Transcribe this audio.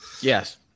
Yes